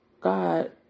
God